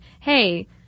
hey